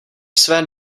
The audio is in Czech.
své